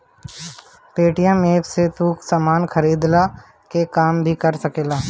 Paytm app से तू सामान खरीदला के काम भी कर सकेला